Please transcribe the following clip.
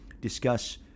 discuss